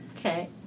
Okay